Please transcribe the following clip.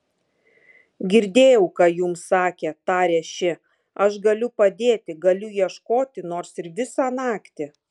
girdėjau ką jums sakė tarė ši aš galiu padėti galiu ieškoti nors ir visą naktį